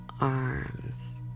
arms